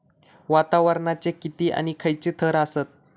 वातावरणाचे किती आणि खैयचे थर आसत?